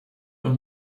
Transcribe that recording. auch